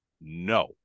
No